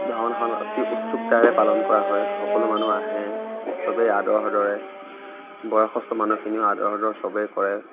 ভাওনাখন অতি উৎসুকতাৰে পালন কৰা হয় সকলো মানুহ আহে চবেই আদৰ সাদৰে বয়সস্থ মানুহখিনিও আদৰ সাদৰ চবেই কৰে